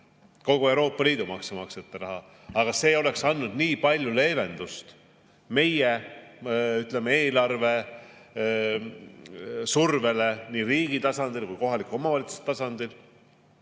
kogu Euroopa Liidu maksumaksjate raha, aga see oleks andnud väga palju leevendust meie eelarvesurvele nii riigi tasandil kui ka kohalike omavalitsuste tasandil